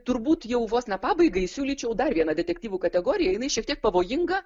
turbūt jau vos ne pabaigai siūlyčiau dar vieną detektyvų kategoriją jinai šiek tiek pavojinga